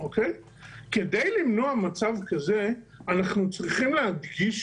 כדי למנוע מצב כזה אנחנו צריכים להדגיש